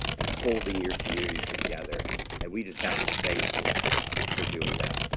and holding your communities together and we just have to thank you for doing that.